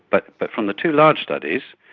but but from the two large studies